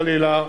חלילה,